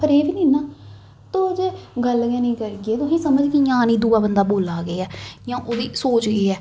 पर एह् बी निं ना तुस गल्ल गै निं करगे तुसें गी समझ कि'यां औनी दूआ बंदा केह् बोल्ला दा जां ओह्दी सोच केह् ऐ